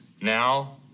now